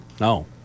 No